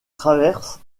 traverse